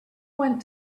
went